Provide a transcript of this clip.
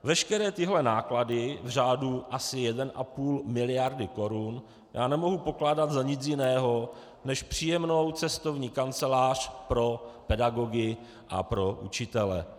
Veškeré tyhle náklady v řádu asi 1,5 miliardy korun nemohu pokládat za nic jiného, než příjemnou cestovní kancelář pro pedagogy a pro učitele.